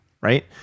right